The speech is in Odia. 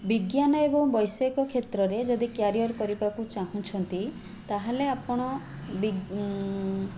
ବିଜ୍ଞାନ ଏବଂ ବୈଷୟିକ କ୍ଷେତ୍ରରେ ଯଦି କ୍ୟାରିୟର କରିବାକୁ ଚାହୁଁଛନ୍ତି ତାହେଲେ ଆପଣ ବି